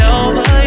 over